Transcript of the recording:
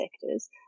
sectors